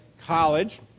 College